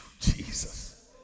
Jesus